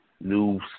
new